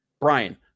Brian